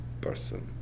person